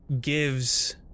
gives